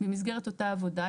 במסגרת אותה עבודה,